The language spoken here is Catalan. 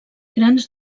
grans